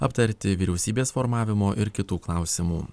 aptarti vyriausybės formavimo ir kitų klausimų